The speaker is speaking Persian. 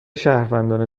شهروندان